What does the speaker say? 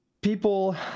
people